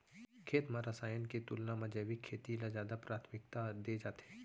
खेत मा रसायन के तुलना मा जैविक खेती ला जादा प्राथमिकता दे जाथे